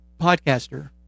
podcaster